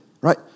right